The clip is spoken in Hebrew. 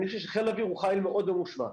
אני חושב שחיל האוויר הוא חיל מאוד ממושמע.